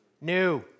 new